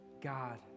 God